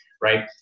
right